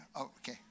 Okay